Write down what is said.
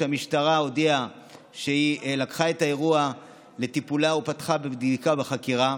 שהמשטרה הודיעה שהיא לקחה את האירוע לטיפולה ופתחה בבדיקה ובחקירה.